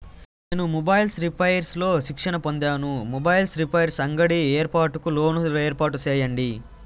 నేను mobiles repairs లో శిక్షణ పొందాను, మొబైల్ రిపైర్స్ అంగడి ఏర్పాటుకు లోను ఏర్పాటు సేయండి?